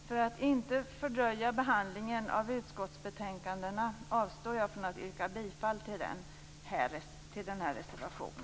För att inte fördröja behandlingen av utskottsbetänkandena avstår jag från att yrka bifall till denna reservation.